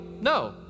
No